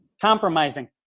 Compromising